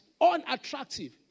unattractive